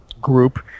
group